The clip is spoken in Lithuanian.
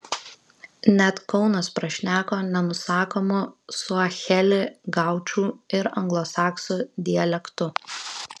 net kaunas prašneko nenusakomu suaheli gaučų ir anglosaksų dialektu